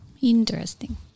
interesting